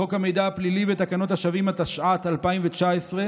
לחוק המידע הפלילי ותקנות השבים, התשע"ט 2017,